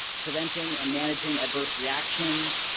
preventing and managing adverse reactions,